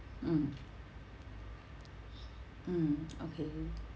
mm mm okay